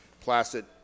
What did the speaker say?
placid